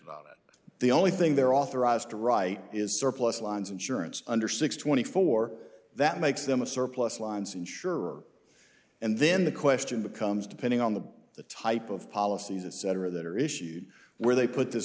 about it the only thing they're authorized to write is surplus lines insurance under six twenty four that makes them a surplus lines insurer and then the question becomes depending on the the type of policies etc that are issued where they put this